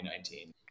2019